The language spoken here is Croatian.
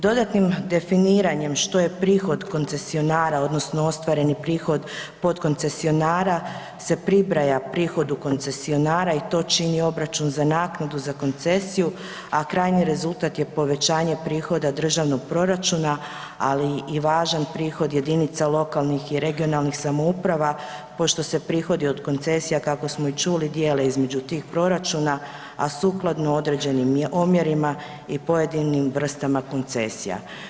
Dodatnim definiranjem što je prihod koncesionara odnosno ostvareni prihod potkoncesionara se pribraja prihodu koncesionara i to čini obračun za naknadu za koncesiju, a krajnji rezultat je povećanje prihoda državnog proračuna, ali i važan prihod jedinica lokalnih i regionalnih samouprava pošto se prihodi od koncesija, kako smo i čuli, dijele između tih proračuna, a sukladno određenim omjerima i pojedinim vrstama koncesija.